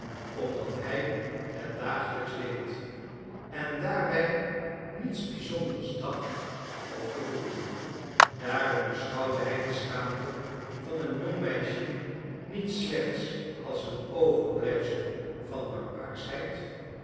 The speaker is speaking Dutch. omdat hij het dagelijks deed en daarbij niets bizonders dacht of gevoelde daarom beschouwde hij de schaamte van een jong meisje niet slechts als een overblijfsel van barbaarschheid